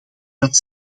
dat